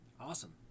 Awesome